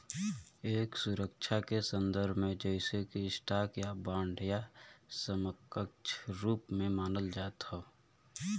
एक सुरक्षा के संदर्भ में जइसे कि स्टॉक या बांड या समकक्ष रूप में मानल जात हौ